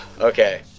Okay